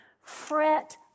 fret